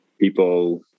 people